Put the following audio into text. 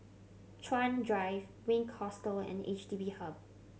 Chuan Drive Wink Hostel and H D B Hub